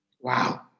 Wow